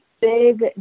big